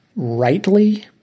Rightly